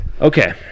Okay